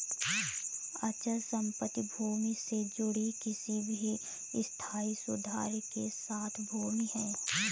अचल संपत्ति भूमि से जुड़ी किसी भी स्थायी सुधार के साथ भूमि है